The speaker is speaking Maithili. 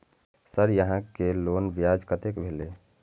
सर यहां के लोन ब्याज कतेक भेलेय?